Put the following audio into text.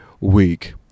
week